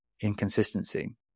inconsistency